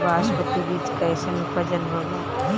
बासमती बीज कईसन उपज होला?